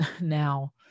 now